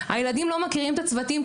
הילדים לא מכירים את הצוותים,